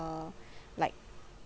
uh like